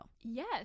Yes